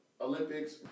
Olympics